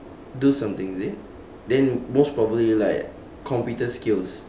do something is it then most probably like computer skills